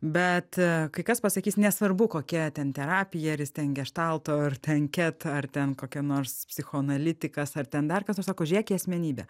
bet a kai kas pasakys nesvarbu kokia ten terapija ar jis ten geštalto ar ten ket ar ten kokia nors psichoanalitikas ar ten dar kas nors sako žiūrėk į asmenybę